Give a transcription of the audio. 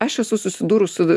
aš esu susidūrusi su